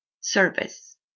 service